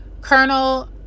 colonel